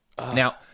Now